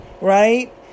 Right